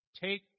Take